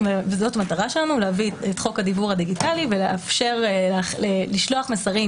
המטרה שלנו היא להביא את חוק הדיוור הדיגיטלי ולאפשר לשלוח מסרים